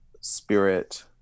spirit